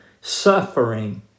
suffering